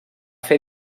fer